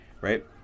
right